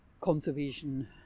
conservation